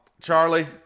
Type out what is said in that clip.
Charlie